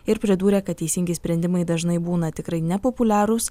ir pridūrė kad teisingi sprendimai dažnai būna tikrai nepopuliarūs